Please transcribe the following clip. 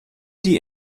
die